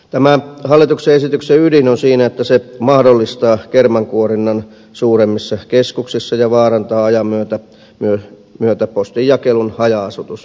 tämän hallituksen esityksen ydin on siinä että se mahdollistaa kermankuorinnan suuremmissa keskuksissa ja vaarantaa ajan myötä postinjakelun haja asutusalueilla